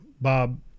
Bob